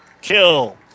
kill